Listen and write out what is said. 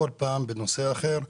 כל פעם בנושא אחר.